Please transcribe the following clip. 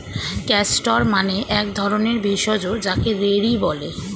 castor মানে এক ধরণের ভেষজ যাকে রেড়ি বলে